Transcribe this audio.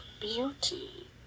beauty